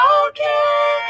okay